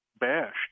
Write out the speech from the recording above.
bashed